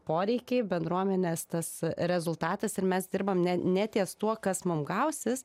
poreikiai bendruomenės tas rezultatas ir mes dirbam ne ne ties tuo kas mum gausis